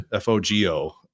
FOGO